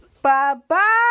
Bye-bye